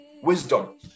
Wisdom